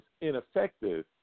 ineffective